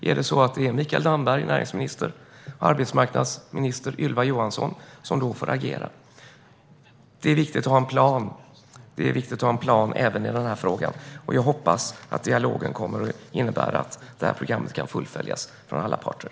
Blir det näringsminister Mikael Damberg och arbetsmarknadsminister Ylva Johansson som då får agera? Det är viktigt att ha en plan även i den här frågan. Jag hoppas att dialogen kommer att innebära att det här programmet kan fullföljas av alla parter.